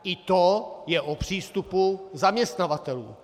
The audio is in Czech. I to je o přístupu zaměstnavatelů.